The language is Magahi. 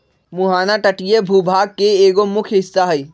मुहाना तटीय भूभाग के एगो मुख्य हिस्सा हई